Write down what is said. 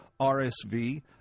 RSV